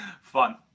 fun